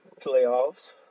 playoffs